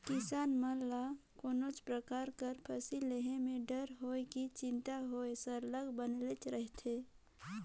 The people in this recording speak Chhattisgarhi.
किसान मन ल कोनोच परकार कर फसिल लेहे में डर होए कि चिंता होए सरलग बनले रहथे